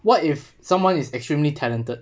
what if someone is extremely talented